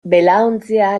belaontzia